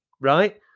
right